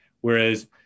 Whereas